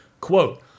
Quote